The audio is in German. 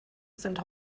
sind